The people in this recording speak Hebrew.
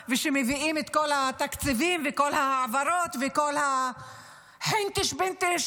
ומביאים את כל התקציבים ואת כל ההעברות ואת כל (אומרת בשפה הערבית:)